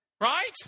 Right